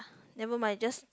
never mind just